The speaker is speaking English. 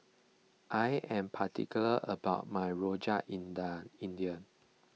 I am particular about my Rojak India